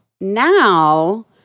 Now